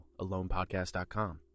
alonepodcast.com